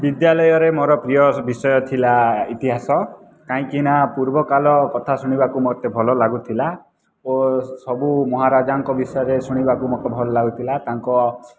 ବିଦ୍ୟାଳୟରେ ମୋର ପ୍ରିୟ ବିଷୟ ଥିଲା ଇତିହାସ କାହିଁକିନା ପୂର୍ବକାଳ କଥା ଶୁଣିବାକୁ ମୋତେ ଭଲ ଲାଗୁଥିଲା ଓ ସବୁ ମହାରାଜାଙ୍କ ବିଷୟରେ ଶୁଣିବାକୁ ମୋତେ ଭଲ ଲାଗୁଥିଲା ତାଙ୍କ